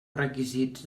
requisits